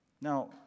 Now